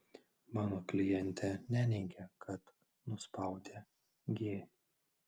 mano klientė neneigia kad nuspaudė g